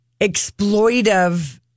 exploitive